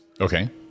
Okay